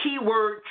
keyword